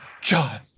john